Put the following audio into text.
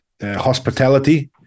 hospitality